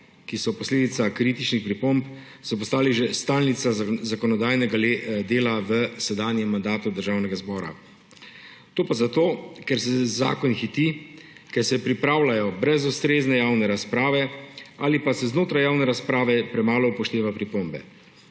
ki so posledica kritičnih pripomb, so postali že stalnica zakonodajnega dela v sedanjem mandatu Državnega zbora. To pa zato, ker se z zakoni hiti, ker se pripravljajo brez ustrezne javne razprave ali pa se znotraj javne razprave premalo upošteva pripombe.